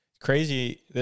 Crazy